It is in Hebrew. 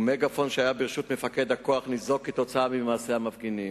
ומגאפון שהיה ברשות מפקד הכוח ניזוק בשל מעשי המפגינים.